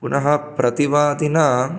पुनः प्रतिवादिना